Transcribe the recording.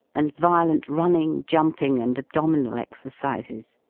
and violent running, jumping, and abdominal exercises.